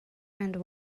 and